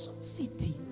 city